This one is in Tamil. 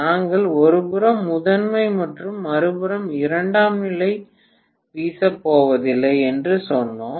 நாங்கள் ஒருபுறம் முதன்மை மற்றும் மறுபுறம் இரண்டாம் நிலை வீசப் போவதில்லை என்று சொன்னோம்